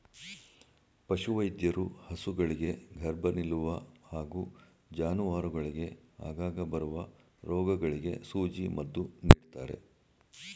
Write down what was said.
ಪಶುವೈದ್ಯರು ಹಸುಗಳಿಗೆ ಗರ್ಭ ನಿಲ್ಲುವ ಹಾಗೂ ಜಾನುವಾರುಗಳಿಗೆ ಆಗಾಗ ಬರುವ ರೋಗಗಳಿಗೆ ಸೂಜಿ ಮದ್ದು ನೀಡ್ತಾರೆ